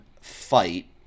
fight